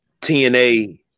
TNA